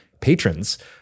patrons